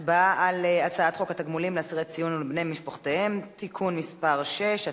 על הצעת חוק התגמולים לאסירי ציון ולבני משפחותיהם (תיקון מס' 6),